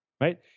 right